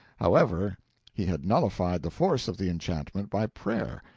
however he had nullified the force of the enchantment by prayer,